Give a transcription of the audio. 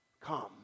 come